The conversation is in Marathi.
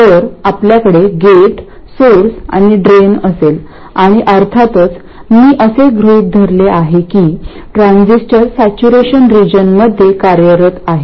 तर आपल्याकडे गेट सोर्स आणि ड्रेन असेल आणि अर्थातच मी असे गृहित धरले आहे की ट्रान्झिस्टर सॅचूरेशन रिजनमध्ये कार्यरत आहे